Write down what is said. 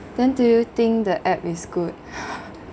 then do you think the app is good